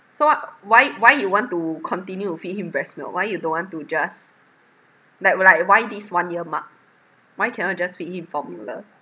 so what why why you want to continue to feed him breast milk why you don't want to just like why this one year mark why cannot just feed him formula